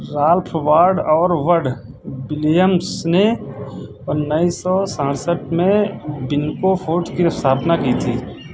Ralph Ward और वड Williams ने उन्नीस सौ सड़सठ में बिनको फूड्स की स्थापना की थी